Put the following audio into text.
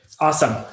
awesome